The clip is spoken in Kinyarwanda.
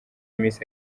miss